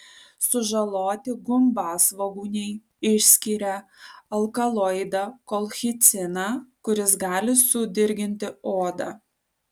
sužaloti gumbasvogūniai išskiria alkaloidą kolchiciną kuris gali sudirginti odą